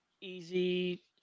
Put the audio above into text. easy